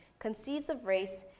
conceives of race,